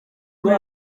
kuri